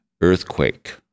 earthquake